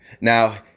Now